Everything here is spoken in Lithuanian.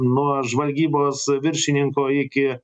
nuo žvalgybos viršininko iki